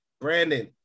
Brandon